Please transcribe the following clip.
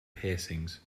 piercings